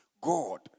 God